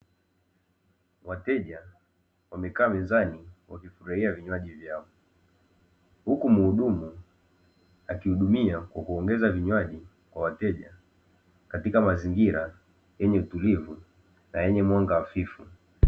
Wateja wamekaa mezani wakifurahia vinywaji vyao, huku muhudumu akihudumia kwa kuongeza vinywaji kwa wateja katika mazingira yenye utulivu, na yenye mwanga hafifu.